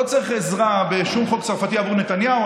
לא צריך עזרה משום חוק צרפתי עבור נתניהו.